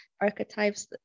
archetypes